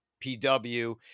PW